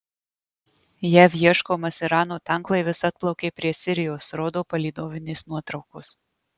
jav ieškomas irano tanklaivis atplaukė prie sirijos rodo palydovinės nuotraukos